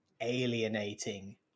alienating